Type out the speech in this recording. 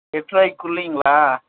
எட்டுரூவாயிக்குள்ளைங்களா